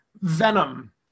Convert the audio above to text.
Venom